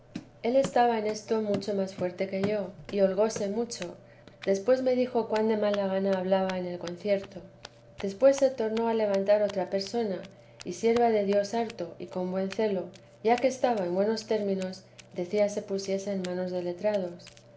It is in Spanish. él estaba en esto mucho más fuerte que yo y holgóse mucho después me dijo cuan de mala gana hablaba en el concierto después se tornó a levantar otra persona y sierva de dios harto y con buen celo ya que estaba en buenos términos decía se pusiese en manos de letrados